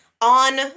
on